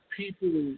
people